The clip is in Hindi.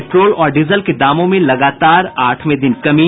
पेट्रोल और डीजल के दामों में लगातार आठवें दिन कमी